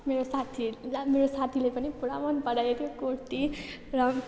मेरो साथी ला मेरो साथीले पनि पुरा मनपरायो त्यो कुर्ती र